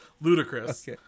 ludicrous